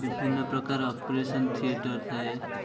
ବିଭିନ୍ନ ପ୍ରକାର operation theatre ଥାଏ